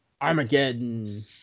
Armageddon